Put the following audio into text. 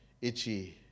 itchy